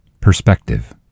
Perspective